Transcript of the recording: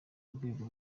rwego